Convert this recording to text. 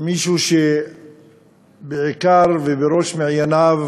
מישהו שבעיקר ובראש מעייניו